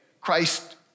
Christ